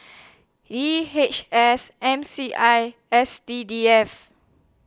D H S M C I S C D F